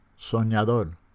Soñador